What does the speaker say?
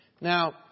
Now